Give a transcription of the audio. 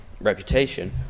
reputation